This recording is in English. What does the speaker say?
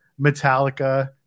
Metallica